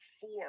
four